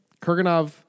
Kurganov